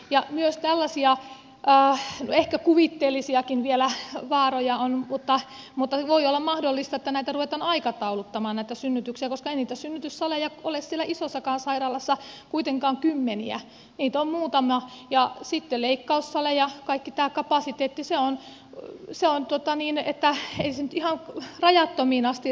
myös tällaisia no ehkä kuvitteellisiakin vaaroja vielä on mutta voi olla mahdollista että näitä synnytyksiä ruvetaan aikatauluttamaan koska ei niitä synnytyssaleja ole siellä isossakaan sairaalassa kuitenkaan kymmeniä niitä on muutama ja sitten leikkaussalit kaikki tämä kapasiteetti ei se nyt ihan rajattomiin asti riitä